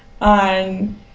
on